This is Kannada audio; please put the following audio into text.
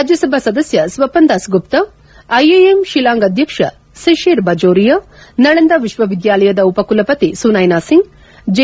ರಾಜ್ಸಭಾ ಸದಸ್ಟ ಸ್ವಪನ್ದಾಸ್ ಗುಪ್ತ ಐಎಎಂ ಶಿಲಾಂಗ್ ಅಧ್ಯಕ್ಷ ಸಿತಿರ್ ಬಜೋರಿಯಾ ನಳಂದ ವಿಶ್ವವಿದ್ಯಾಲಯದ ಉಪ ಕುಲಪತಿ ಸುನ್ನೆನ ಸಿಂಗ್ ಜೆ